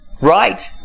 right